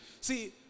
See